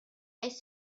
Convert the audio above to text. has